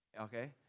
okay